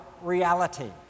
reality